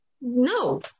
No